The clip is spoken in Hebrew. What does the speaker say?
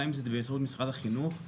גם אם זה באמצעות משרד החינוך,